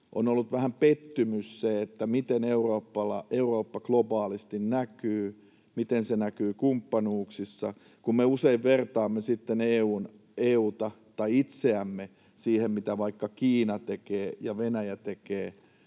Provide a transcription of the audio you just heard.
on ollut vähän pettymys se, miten Eurooppa globaalisti näkyy, miten se näkyy kumppanuuksissa, kun me usein vertaamme sitten EU:ta tai itseämme siihen, mitä vaikka Kiina tekee ja Venäjä tekee